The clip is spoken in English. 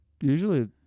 Usually